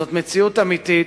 זאת מציאות אמיתית,